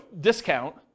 discount